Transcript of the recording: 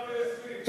עד מאה-ועשרים.